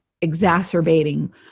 exacerbating